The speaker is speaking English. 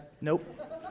nope